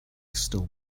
still